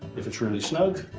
if it's really snug,